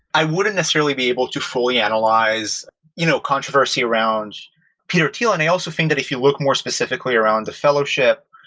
i wouldn't necessarily be able to fully analyze you know controversy around peter thiel, and i also think that if you look more specifically around the fellowship,